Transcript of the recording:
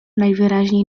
najwyraźniej